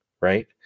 right